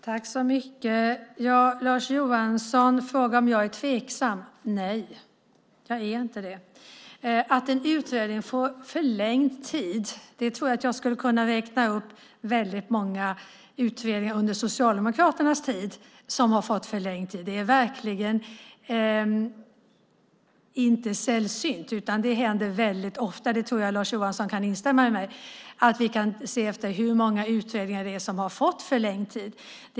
Herr talman! Lars Johansson frågar om jag är tveksam. Nej, jag är inte det. Jag tror att jag skulle kunna räkna upp väldigt många utredningar under Socialdemokraternas tid som har fått förlängd tid. Det är verkligen inte sällsynt. Det händer väldigt ofta. Det tror jag att Lars Johansson kan instämma i. Vi kan se efter hur många utredningar det är som har fått förlängd tid.